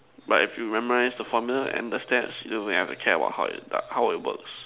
but if you memorize the formulas and the steps you don't really have to care about it how it how it works